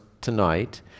tonight